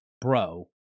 bro